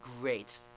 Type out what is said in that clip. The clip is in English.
Great